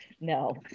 No